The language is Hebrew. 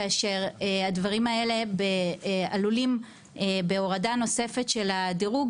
כאשר הדברים האלה עלולים בהורדה נוספת של הדירוג